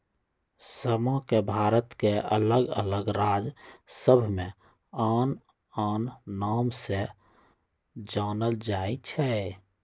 समा के भारत के अल्लग अल्लग राज सभमें आन आन नाम से जानल जाइ छइ